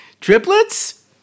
Triplets